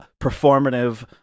performative